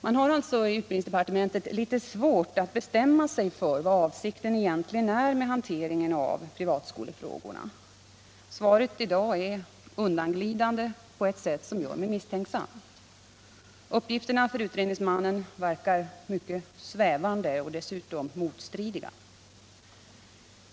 Man har alltså i utbildningsdepartementet litet svårt att bestämma sig för vad avsikten egentligen är med hanteringen av privatskolefrågorna. Svaret i dag är undanglidande på ett sätt som gör mig misstänksam. Uppgifterna för utredningsmannen verkar mycket svävande och dessutom motstridiga.